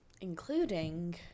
Including